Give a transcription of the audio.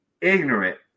ignorant